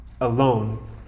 alone